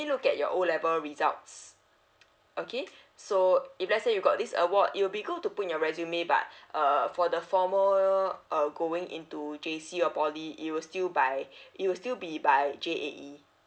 look at your O level results okay so if let's say you got this award it will be good to put in your resume but uh for the formal uh going into J_C or poly it will still by it will still be by J_A_E